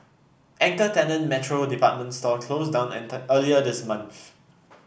anchor tenant Metro department store closed down earlier this month